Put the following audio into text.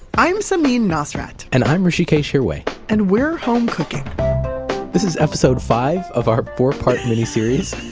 i'm samin nosrat and i'm hrishikesh hirway and we're home cooking this is episode five of our four part miniseries,